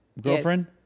girlfriend